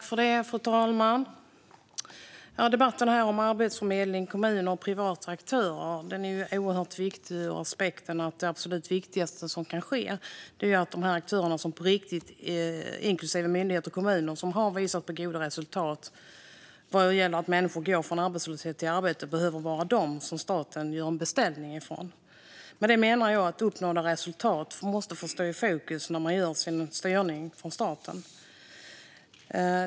Fru talman! Debatten här om Arbetsförmedlingen, kommunerna och privata aktörer är oerhört viktig ur aspekten att det absolut viktigaste som kan ske är att de aktörer som på riktigt, inklusive myndigheten och kommuner, har visat på goda resultat vad gäller att människor går från arbetslöshet till arbete behöver vara de som staten gör en beställning från. Med det menar jag att uppnådda resultat måste få stå i fokus när man gör sin styrning från staten.